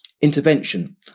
intervention